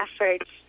efforts